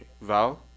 Val